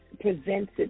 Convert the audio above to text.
presents